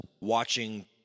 watching